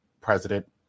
president